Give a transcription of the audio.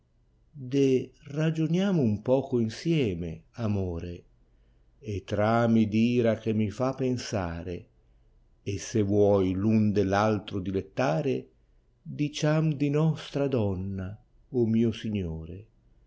ragioniamo un poco insieme amore e tra mi d ira che mi fa pensare e se tuoi v un deir altro dilettare diciam di nostra donna o mio signore